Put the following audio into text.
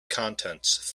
contents